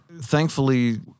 Thankfully